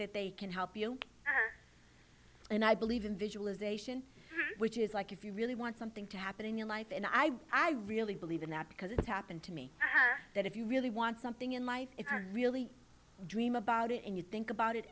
that they can help you and i believe in visualization which is like if you really want something to happen in your life and i do i really believe in that because it happened to me that if you really want something in life it really dream about it and you think about it